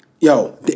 Yo